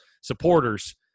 supporters